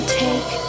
take